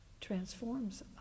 transforms